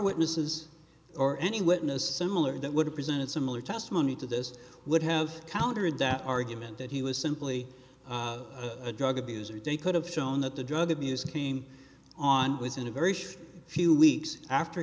witnesses or any witness similar that would have presented similar testimony to this would have countered that argument that he was simply a drug abuser de could have shown that the drug abuse came on was in a very few weeks after